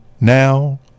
now